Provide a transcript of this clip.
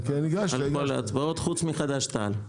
על כל ההצבעות חוץ מחד"ש תע"ל.